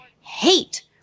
hate